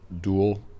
dual